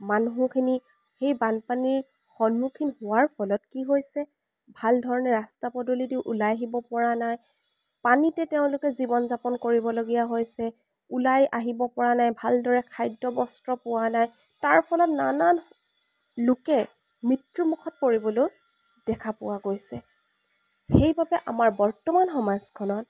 মানুহখিনি সেই বানপানীৰ সন্মুখীন হোৱাৰ ফলত কি হৈছে ভাল ধৰণে ৰাস্তা পদূলিয়েদি ওলাই আহিব পৰা নাই পানীতে তেওঁলোকে জীৱন যাপন কৰিবলগীয়া হৈছে ওলাই আহিব পৰা নাই ভালদৰে খাদ্য বস্ত্ৰ পোৱা নাই তাৰ ফলত নানান লোকে মৃত্যুমুখত পৰিবলৈও দেখা পোৱা গৈছে সেইবাবে আমাৰ বৰ্তমান সমাজখনত